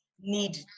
need